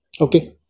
okay